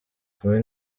kumi